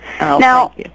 Now